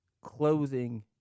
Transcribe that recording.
closing